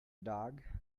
dog